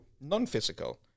non-physical